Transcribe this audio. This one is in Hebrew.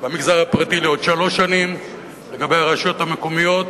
במגזר הפרטי לעוד שלוש שנים לגבי הרשויות המקומיות,